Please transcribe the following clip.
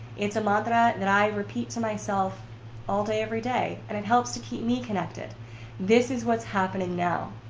it's mantra that i repeat to myself all day, every day and it helps to keep me connected this is what's happening now.